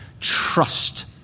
Trust